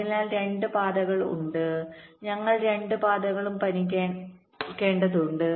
അതിനാൽ 2 പാതകൾ ഉണ്ട് ഞങ്ങൾ രണ്ട് പാതകളും പരിഗണിക്കേണ്ടതുണ്ട്